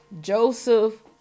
Joseph